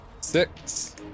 six